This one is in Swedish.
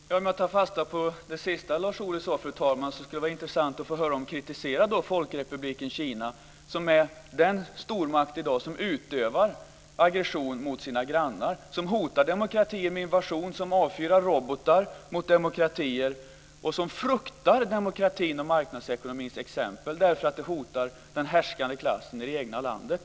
Fru talman! För att ta fasta på det sista som Lars Ohly sade skulle det vara intressant att få höra honom kritisera Folkrepubliken Kina, som är den stormakt som i dag utövar aggression mot sina grannar, som hotar demokratin med invasion, som avfyrar robotar mot demokratier och som fruktar demokratins och marknadsekonomins exempel, därför att det hotar den härskande klassen i det egna landet.